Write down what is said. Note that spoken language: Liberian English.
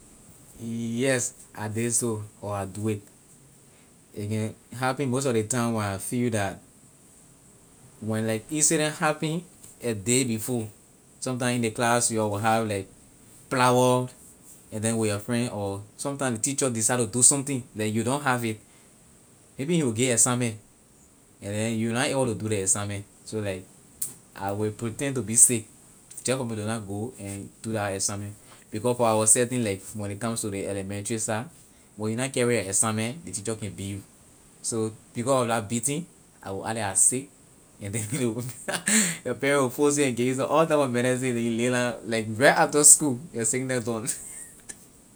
Yes I did so or I do it a can happen most of the time when I feel that when like incident happen a day before sometime in the class your will have like plawor and then with your friend or sometime the teacher decide to do something like you don't have it maybe he will give assignment and then you will na able to do ley assignment so like I will pretend to be sick just for me to na go and do la assignment because for our setting like when it comes to the elementary side when you not carry your assignment ley teacher can beat you so because of la beating I will act like I sick and then your parent will force it and give you some all type of medicine then you lay down like right after school your sickness gone.